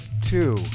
two